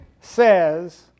says